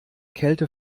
kälte